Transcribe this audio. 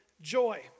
Joy